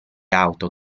auto